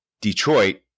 Detroit